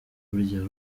burya